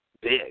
big